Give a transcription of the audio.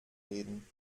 reden